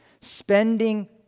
spending